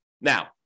Now